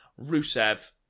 Rusev